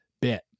bit